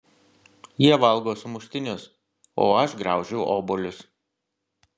jie valgo sumuštinius o aš graužiu obuolius